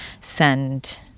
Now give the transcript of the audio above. send